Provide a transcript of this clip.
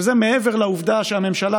וזה מעבר לעובדה שהממשלה,